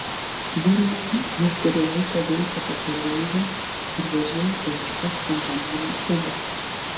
vilniuje jau kurį laiką veikia pakeleivių ir vežėjų paieškos programėlė uber